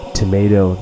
tomato